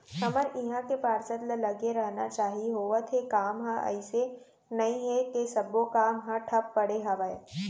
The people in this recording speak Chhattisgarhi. हमर इहाँ के पार्षद ल लगे रहना चाहीं होवत हे काम ह अइसे नई हे के सब्बो काम ह ठप पड़े हवय